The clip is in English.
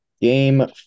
game